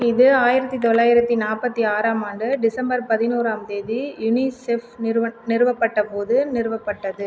இது ஆயிரத்து தொள்ளாயிரத்து நாற்பத்தி ஆறாம் ஆண்டு டிசம்பர் பதினோராம் தேதி யுனிசெஃப் நிறுவன் நிறுவப்பட்டப் போது நிறுவப்பட்டது